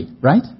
right